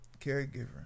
caregiver